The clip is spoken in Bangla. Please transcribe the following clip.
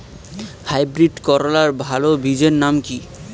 হাইব্রিড করলার ভালো বীজের নাম কি?